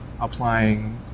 applying